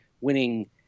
winning